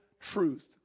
truth